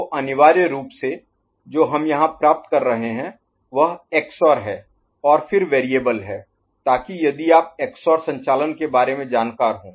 तो अनिवार्य रूप से जो हम यहां प्राप्त कर रहे हैं वह XOR है और फिर वेरिएबल है ताकि यदि आप XOR संचालन के बारे में जानकार हों